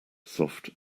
soft